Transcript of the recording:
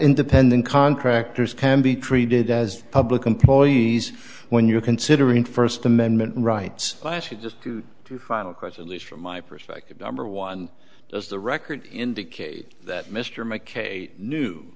independent contractors can be treated as public employees when you're considering first amendment rights lashley just to file a course at least from my perspective number one as the record indicate that mr mckay knew